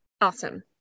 Awesome